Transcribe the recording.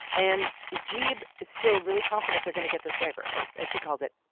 and najeeb is still really confident they're going to get this waiver, or as he calls it,